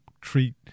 treat